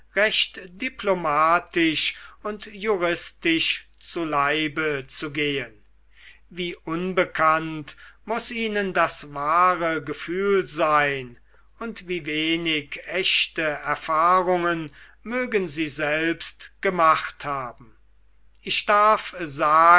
recht diplomatisch und juristisch zu leibe zu gehen wie unbekannt muß ihnen das wahre gefühl sein und wie wenig echte erfahrungen mögen sie selbst gemacht haben ich darf sagen